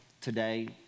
today